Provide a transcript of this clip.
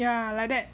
yeah like that